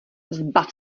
zbav